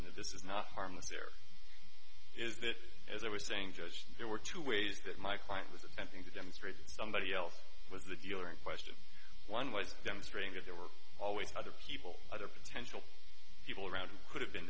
this is not harmless here is that as i was saying judge there were two ways that my client was attempting to demonstrate that somebody else was the dealer in question one was demonstrating that there were always other people other potential people around who could have been